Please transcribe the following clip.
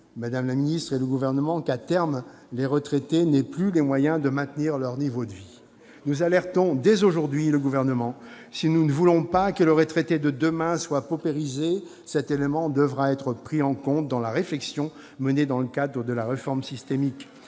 Madame la ministre, voulez-vous qu'à terme les retraités n'aient plus les moyens de maintenir leur niveau de vie ? Ça commence ! Nous alertons dès aujourd'hui le Gouvernement : si nous ne voulons pas que les retraités de demain soient paupérisés, cet élément devra être pris en compte dans la réflexion menée dans le cadre de la réforme systémique.